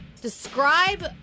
Describe